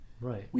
Right